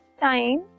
time